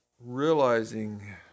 realizing